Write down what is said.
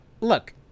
Look